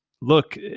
look